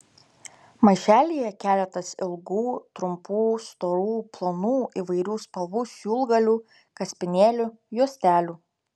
maišelyje keletas ilgų trumpų storų plonų įvairių spalvų siūlgalių kaspinėlių juostelių